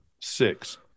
six